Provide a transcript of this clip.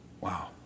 Wow